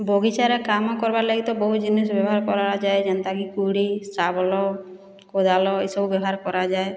ବଗିଚାରେ କାମ କରିବାର୍ ଲାଗି ତ ବହୁତ୍ ଜିନିଷ୍ ବ୍ୟବହାର୍ କରାଯାଏ ଯେନ୍ତାକି କୁଡ଼ି ସାବଳ କୋଦାଳ ଇ ସବୁ ବ୍ୟବହାର୍ କରାଯାଏ